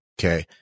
Okay